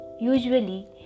usually